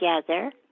together